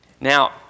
Now